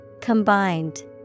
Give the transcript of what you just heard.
Combined